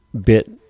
bit